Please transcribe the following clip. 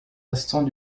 instants